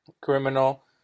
criminal